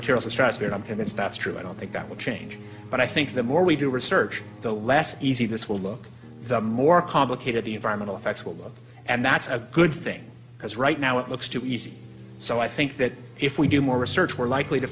material stratosphere i'm convinced that's true i don't think that will change but i think the more we do research the less easy this will look the more complicated the environmental effects will look and that's a good thing because right now it looks too easy so i think that if we do more research we're likely to